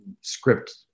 script